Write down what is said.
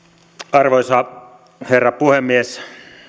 arvoisa herra puhemies